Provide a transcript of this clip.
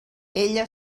ella